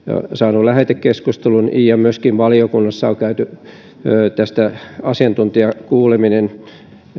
saanut lähetekeskustelun myöskin valiokunnassa on käyty tästä asiantuntijakuuleminen